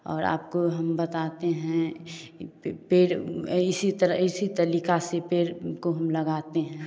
और आपको हम बताते हैं पेड़ इसी तरह इसी तरीके से पेड़ को हम लगाते हैं